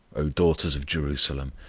o daughters of jerusalem,